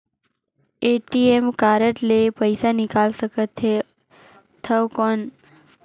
ATM card ले पइसा निकाल सकथे थव कौन?